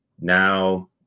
now